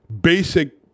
basic